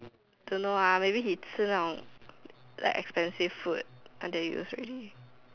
don't know ah maybe he 吃那种 like expensive food until use already